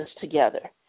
together